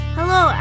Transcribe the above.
Hello